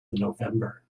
november